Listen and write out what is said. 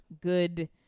good